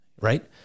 right